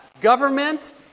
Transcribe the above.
government